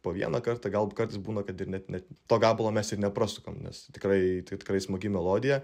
po vieną kartą gal kartais būna kad ir net net to gabalo mes ir neprasukam nes tikrai tai tikrai smagi melodija